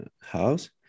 house